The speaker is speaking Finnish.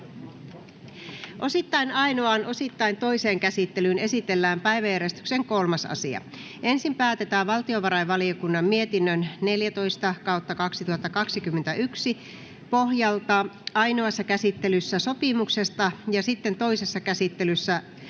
Osittain ainoaan, osittain toiseen käsittelyyn esitellään päiväjärjestyksen 3. asia. Ensin päätetään valtiovarainvaliokunnan mietinnön VaVM 14/2021 vp pohjalta ainoassa käsittelyssä sopimuksesta ja sitten toisessa käsittelyssä